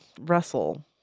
Russell